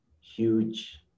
huge